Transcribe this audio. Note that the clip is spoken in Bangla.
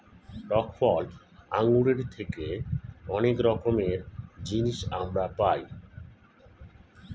টক ফল আঙ্গুরের থেকে অনেক রকমের জিনিস আমরা পাই